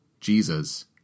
Jesus